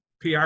PR